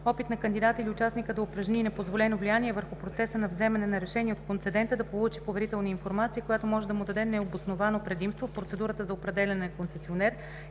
опит на кандидата или участника да упражни непозволено влияние върху процеса на вземане на решения от концедента, да получи поверителна информация, която може да му даде необосновано предимство в процедурата за определяне на концесионер,